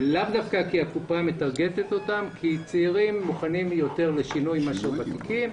כי צעירים מוכנים יותר לשינוי מאשר הוותיקים,